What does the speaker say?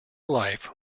life